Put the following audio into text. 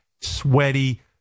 sweaty